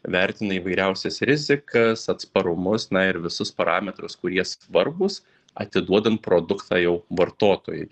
vertina įvairiausias rizikas atsparumus na ir visus parametrus kurie svarbūs atiduodant produktą jau vartotojui